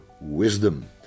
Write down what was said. wisdom